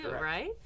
right